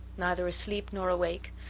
neither asleep nor awake,